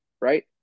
right